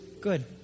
Good